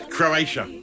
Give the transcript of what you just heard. Croatia